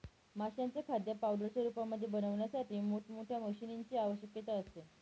माशांचं खाद्य पावडरच्या रूपामध्ये बनवण्यासाठी मोठ मोठ्या मशीनीं ची आवश्यकता असते